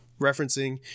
referencing